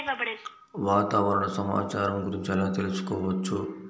వాతావరణ సమాచారము గురించి ఎలా తెలుకుసుకోవచ్చు?